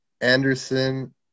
Anderson